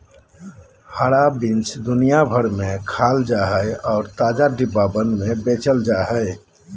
हरा बीन्स दुनिया भर में खाल जा हइ और ताजा, डिब्बाबंद में बेचल जा हइ